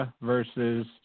versus